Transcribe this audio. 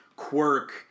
quirk